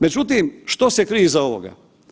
Međutim, što se krije iza ovoga?